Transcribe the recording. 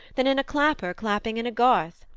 than in a clapper clapping in a garth,